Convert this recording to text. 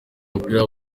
y’umupira